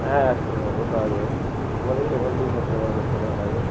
হ্যাঁ ওটা হবে দাদা ওখান থেকে তো ওখান থেকে সব সময় ব্যবস্থা করা থাকবে